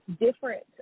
different